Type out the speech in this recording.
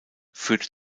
führte